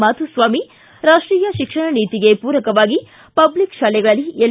ಮಾಧುಸ್ವಾಮಿ ರಾಷ್ಷೀಯ ಶಿಕ್ಷಣ ನೀತಿಗೆ ಪೂರಕವಾಗಿ ಪಬ್ಲಿಕ್ ಶಾಲೆಗಳಲ್ಲಿ ಎಲ್